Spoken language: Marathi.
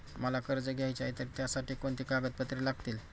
मला कर्ज घ्यायचे आहे तर त्यासाठी कोणती कागदपत्रे लागतील?